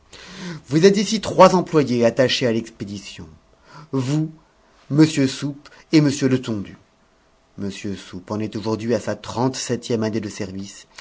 vous êtes ici trois employés attachés à l'expédition vous m soupe et m letondu m soupe en est aujourd'hui à sa trente-septième année de service